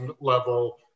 level